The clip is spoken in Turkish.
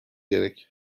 gerek